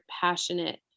passionate